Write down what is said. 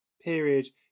period